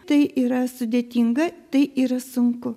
tai yra sudėtinga tai yra sunku